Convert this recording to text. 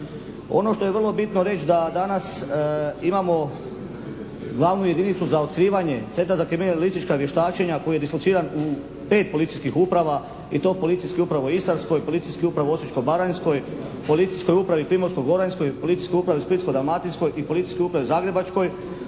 Ono što je vrlo bitno reći da danas imamo glavnu jedinicu za otkrivanje, centra za kriminalistička vještačenja koji je dislociran u 5 policijskih uprava i to Policijskih uprava u Istarskoj, Policijskoj upravi Osječko-baranjskoj, Policijskoj upravi Primorsko-goranskoj, Policijskoj upravi Splitsko-dalmatinskoj i Policijskoj upravi Zagrebačkoj